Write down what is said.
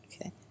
Okay